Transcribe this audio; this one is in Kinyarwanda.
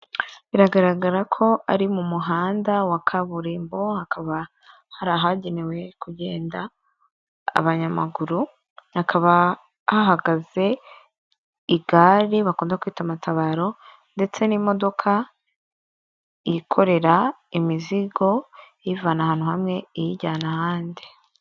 Biragaragara ko ari mu muhanda wa kaburimbo; hakaba hari ahagenewe kugenda abanyamaguru, hakaba hahagaze igare bakunda kwita matabaro ndetse n'imodoka yikorera imizigo iyivana ahantu hamwe iyijyana ahandi.